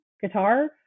guitar